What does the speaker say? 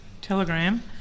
telegram